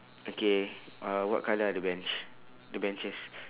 okay uh what colour are the bench the benches